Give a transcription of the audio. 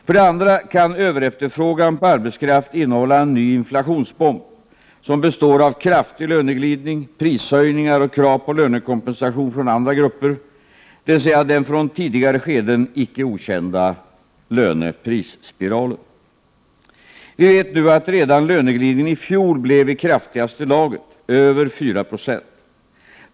För det andra kan överefterfrågan på arbetskraft innehålla en ny inflationsbomb, som består av kraftig löneglidning, prishöjningar och krav på lönekompensation från andra grupper, dvs. den från tidigare skeden icke okända löne-pris-spiralen. Vi vet nu att redan löneglidningen i fjol blev i kraftigaste laget, över 4 Jo.